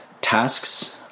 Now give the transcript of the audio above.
tasks